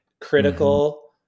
critical